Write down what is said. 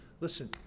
Listen